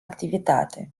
activitate